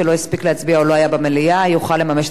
לא היה במליאה יוכל לממש את זכותו עכשיו.